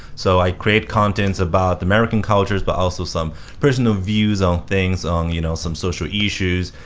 so i create contents about the american cultures, but also some personal views on things on you know some social issues,